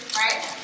right